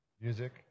music